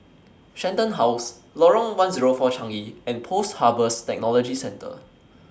Shenton House Lorong one Zero four Changi and Post Harvest Technology Centre